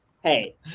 hey